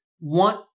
want